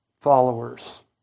followers